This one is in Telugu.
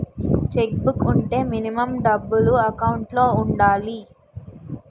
చెక్ బుక్ వుంటే మినిమం డబ్బులు ఎకౌంట్ లో ఉండాలి?